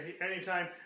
anytime